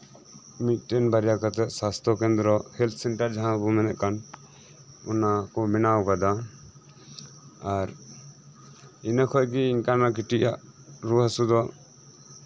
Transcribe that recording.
ᱢᱤᱫᱴᱮᱱ ᱵᱟᱨᱭᱟ ᱠᱟᱛᱮᱫ ᱥᱟᱥᱛᱷᱚ ᱠᱮᱱᱫᱽᱨᱚ ᱥᱟᱵ ᱥᱮᱱᱴᱟᱨ ᱡᱟᱸᱦᱟ ᱵᱚᱱ ᱢᱮᱱᱮᱫ ᱠᱟᱱ ᱚᱱᱟ ᱠᱚ ᱵᱮᱱᱟᱣ ᱠᱟᱫᱟ ᱤᱱᱟᱹ ᱠᱷᱚᱱᱜᱮ ᱚᱱᱠᱟᱱᱟᱜ ᱠᱤᱪᱷᱩ ᱨᱩᱣᱟᱹ ᱦᱟᱹᱥᱩ ᱫᱚ